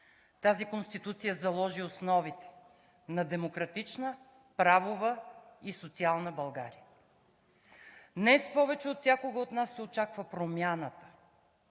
Тази Конституция заложи основите на демократична, правова и социална България. Днес повече отвсякога от нас се очаква промяната.